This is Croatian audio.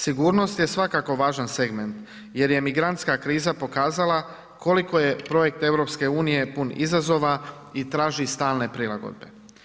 Sigurnost je svakako važan segment jer je migrantska kriza pokazala koliko je projekt EU pun izazova i traži stalne prilagodbe.